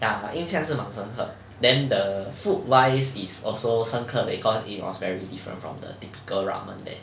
ya lah 印象是蛮深刻的 then the food wise is also 深刻 because it was very different from the typical ramen there